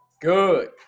good